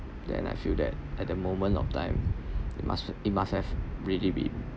then I feel that at the moment of time it must it must have really been